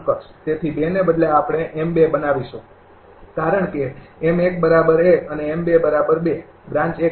તેથી ને બદલે આપણે બનાવીશું કારણ કે અને બ્રાન્ચ માટે